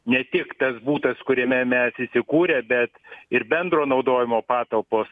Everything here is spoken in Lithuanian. ne tik tas butas kuriame mes įsikūrę bet ir bendro naudojimo patalpos